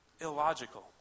illogical